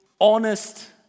honest